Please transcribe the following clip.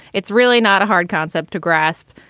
it's really not a hard concept to grasp.